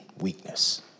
weakness